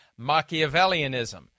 Machiavellianism